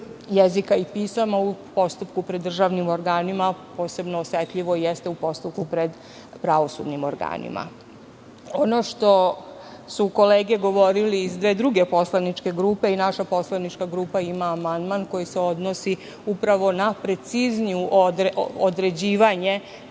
jezika i pisma u postupku pred državnim organima, posebno osetljivo jeste u postupku pred pravosudnim organima. Ono što su kolege govorile iz dve druge poslaničke grupe, i naša poslanička grupa ima amandman koji se odnosi upravo na preciznije određivanje